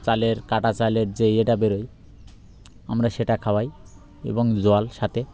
চালের কাটা চালের যে ইয়েটা বেরোয় আমরা সেটা খাওয়াই এবং জল সাথে